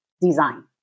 design